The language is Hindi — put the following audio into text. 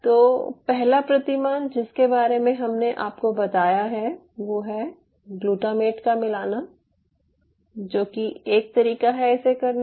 तो पहला प्रतिमान जिसके बारे में हमने आपको बताया है वो है ग्लूटामेट का मिलाना जो कि एक तरीका है इसे करने का